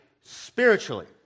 spiritually